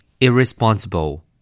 Irresponsible